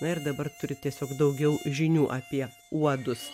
na ir dabar turit tiesiog daugiau žinių apie uodus